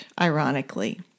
ironically